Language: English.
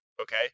Okay